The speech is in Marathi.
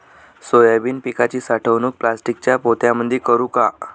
सोयाबीन पिकाची साठवणूक प्लास्टिकच्या पोत्यामंदी करू का?